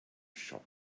shop